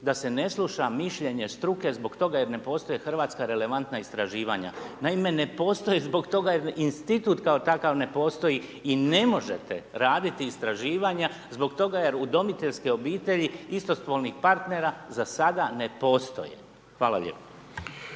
da se ne sluša mišljenje struke zbog toga jer ne postoji hrvatska relevantna istraživanja. Naime ne postoje zbog toga jer institut kao takav ne postoji i ne možete raditi istraživanja zbog toga jer udomiteljske obitelji istospolnih partnera za sada ne postoje. Hvala lijepo.